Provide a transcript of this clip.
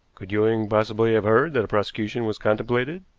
could ewing possibly have heard that a prosecution was contemplated?